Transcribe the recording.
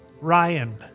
Ryan